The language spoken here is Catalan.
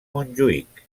montjuïc